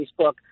Facebook